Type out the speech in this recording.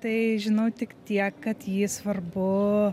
tai žinau tik tiek kad jį svarbu